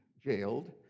jailed